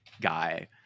guy